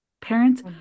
parents